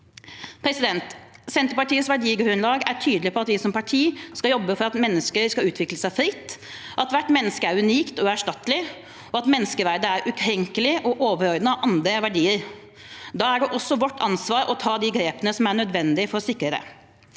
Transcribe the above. Senterpartiets verdigrunnlag er tydelig på at vi som parti skal jobbe for at mennesker skal utvikle seg fritt, at hvert menneske er unikt og uerstattelig, og at menneskeverdet er ukrenkelig og overordnet andre verdier. Da er det også vårt ansvar å ta de grepene som er nødvendig for å sikre det.